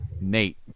Nate